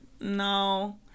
No